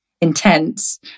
intense